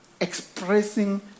expressing